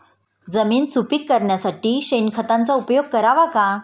जमीन सुपीक करण्यासाठी शेणखताचा उपयोग करावा का?